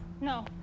No